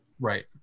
Right